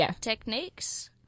techniques